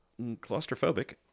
claustrophobic